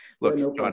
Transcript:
Look